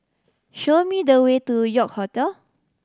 show me the way to York Hotel